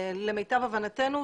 למיטב הבנתנו,